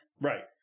Right